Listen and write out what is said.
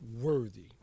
worthy